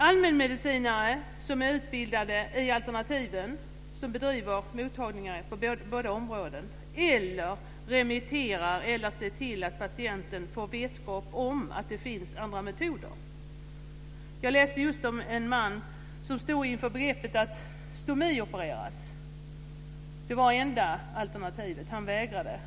Allmänmedicinare som är utbildade i alternativen bedriver mottagningar på båda områdena, remitterar eller ser till att patienten får vetskap om att det finns andra metoder. Jag läste just om en man som stod i begrepp att stomiopereras. Det var enda alternativet. Han vägrade.